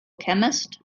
chemist